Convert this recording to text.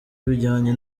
bijyanye